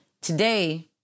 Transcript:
Today